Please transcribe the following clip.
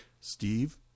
steve